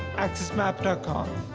axsmap ah com.